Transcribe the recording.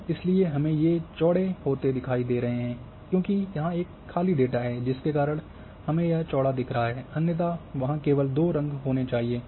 और इसलिए हमें यह चौड़े होते दिख रहे हैं क्योंकि यहाँ एक खाली डेटा है जिसके कारण हमें यह चौड़ा दिख रहा है अन्यथा वहाँ केवल दो रंग होने चाहिए